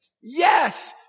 Yes